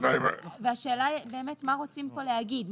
השאלה היא מה רוצים כאן להגיד.